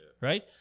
right